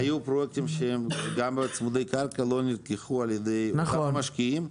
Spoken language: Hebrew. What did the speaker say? היו פרויקטים שהם גם צמודי קרקע לא נלקחו על ידי משקיעים,